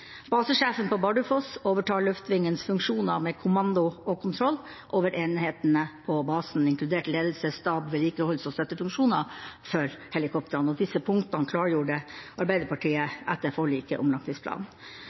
Basesjefen på Bardufoss overtar luftvingens funksjoner med kommando og kontroll over enhetene på basen, inkludert ledelses-, stab-, vedlikeholds- og støttefunksjoner for helikoptrene. Disse punktene klargjorde Arbeiderpartiet etter forliket om langtidsplanen.